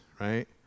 right